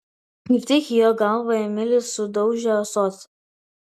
kaip tik į jo galvą emilis sudaužė ąsotį